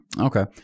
Okay